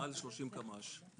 מעל 30-40 קמ"ש,